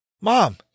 Mom